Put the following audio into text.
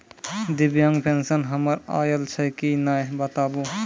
दिव्यांग पेंशन हमर आयल छै कि नैय बताबू?